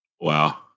Wow